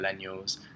millennials